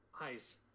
eyes